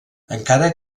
encara